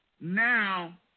now